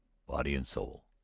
body and soul.